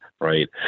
Right